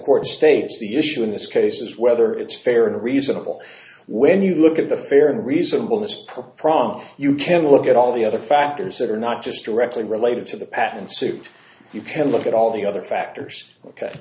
court states the issue in this case is whether it's fair and reasonable when you look at the fair and reasonable this problem problem you can look at all the other factors that are not just directly related to the patent suit you can look at all the other factors ok